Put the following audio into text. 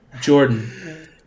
Jordan